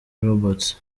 robots